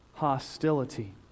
hostility